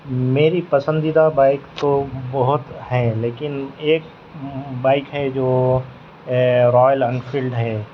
میری پسندیدہ بائک تو بہت ہے لیکن ایک بائک ہے جو رائل انفیلڈ ہے